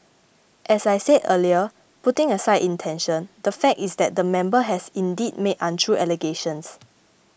as I said earlier putting aside intention the fact is that the member has indeed made untrue allegations